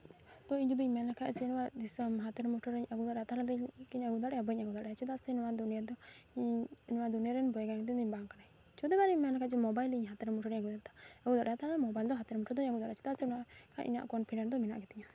ᱛᱳ ᱤᱧ ᱡᱩᱫᱤᱧ ᱢᱮᱱ ᱞᱮᱠᱷᱟᱱ ᱡᱮᱱᱚ ᱫᱤᱥᱚᱢ ᱦᱟᱛᱮᱨ ᱢᱩᱴᱷᱳᱭ ᱨᱮᱧ ᱟᱹᱜᱩ ᱫᱟᱲᱮᱭᱟᱜᱼᱟ ᱛᱟᱦᱚᱞᱮ ᱫᱚ ᱤᱧ ᱠᱤᱧ ᱟᱹᱜᱩ ᱫᱟᱲᱮᱭᱟᱜᱼᱟ ᱵᱟᱹᱧ ᱟᱹᱜᱩ ᱫᱟᱲᱮᱭᱟᱜᱼᱟ ᱛᱟᱦᱚᱞᱮ ᱤᱧ ᱠᱤᱧ ᱟᱹᱜᱩ ᱫᱟᱲᱮᱭᱟᱜᱼᱟ ᱵᱟᱹᱧ ᱟᱹᱜᱩ ᱫᱟᱲᱮᱭᱟᱜᱼᱟ ᱪᱮᱫᱟᱜ ᱥᱮ ᱱᱚᱣᱟ ᱫᱚ ᱫᱩᱱᱤᱭᱟᱹ ᱫᱚ ᱤᱧ ᱱᱚᱣᱟ ᱫᱩᱱᱤᱭᱟᱹ ᱨᱮᱱ ᱵᱳᱭᱜᱟᱱᱤᱠ ᱫᱚᱧ ᱵᱟᱝ ᱠᱟᱱᱟ ᱢᱮᱱ ᱞᱮᱠᱷᱟᱱ ᱢᱳᱵᱟᱭᱤᱞ ᱤᱧ ᱦᱟᱛᱮᱨ ᱢᱩᱴᱷᱳᱭ ᱟᱹᱜᱩ ᱫᱟᱲᱮᱭᱟᱜᱼᱟ ᱛᱟᱦᱚᱞᱮ ᱢᱳᱵᱟᱭᱤᱞ ᱫᱚ ᱦᱟᱛᱮᱨ ᱢᱩᱴᱷᱳᱭ ᱫᱚᱧ ᱟᱹᱜᱩ ᱫᱟᱲᱮᱭᱟᱜᱼᱟ ᱪᱮᱫᱟᱜ ᱥᱮ ᱱᱚᱣᱟ ᱠᱷᱟᱱ ᱤᱧᱟᱹᱜ ᱠᱚᱱᱯᱷᱤᱰᱮᱱᱴ ᱫᱚ ᱢᱮᱱᱟᱜ ᱜᱮᱛᱤᱧᱟ